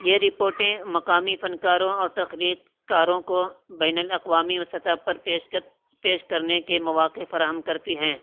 یہ رپوٹیں مقامی فنکاروں اور تخلیق کاروں کو بین الاقوامی و سطح پر پیش کر پیش کرنے کے مواقع فراہم کرتی ہیں